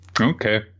okay